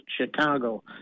Chicago